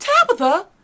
Tabitha